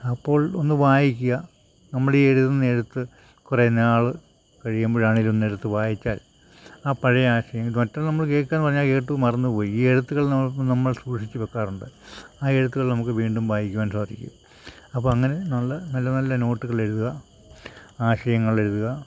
അപ്പോൾ ഒന്ന് വായിക്കുക നമ്മളീ എഴുതുന്ന എഴുത്ത് കുറെ നാള് കഴിയുമ്പോള് അതോന്നിരുന്നെടുത്ത് വായിച്ചാൽ ആ പഴയ ആശയങ്ങൾ മറ്റൊന്ന് നമ്മള് കേള്ക്കുക എന്നു പറഞ്ഞാൽ കേട്ടു മറന്നുപോയി ഈ എഴുത്തുകൾ നമ്മളിപ്പോള് നമ്മൾ സൂക്ഷിച്ച് വെക്കാറുണ്ട് ആ എഴുത്തുകൾ നമുക്ക് വീണ്ടും വായിക്കുവാൻ സാധിക്കും അപ്പോള് അങ്ങനെ നല്ല നല്ലനല്ല നോട്ടുകൾ എഴുതുക ആശയങ്ങളെഴുതുക